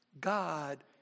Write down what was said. God